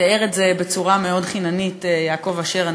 תיאר את זה בצורה מאוד חיננית יעקב אשר,